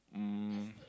um